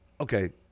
Okay